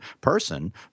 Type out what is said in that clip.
person